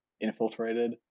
infiltrated